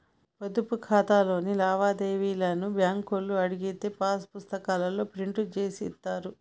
పొదుపు ఖాతాలోని లావాదేవీలను బ్యేంకులో అడిగితే పాసు పుస్తకాల్లో ప్రింట్ జేసి ఇత్తారు